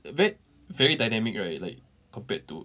very very dynamic right like compared to